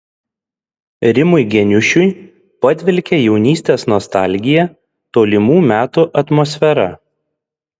rimui geniušui padvelkia jaunystės nostalgija tolimų metų atmosfera